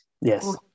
Yes